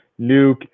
Nuke